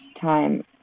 time